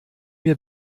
mir